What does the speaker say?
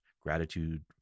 gratitude